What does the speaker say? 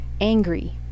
angry